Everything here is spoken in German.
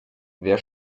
wer